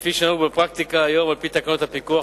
כפי שנהוג בפרקטיקה היום על-פי תקנות הפיקוח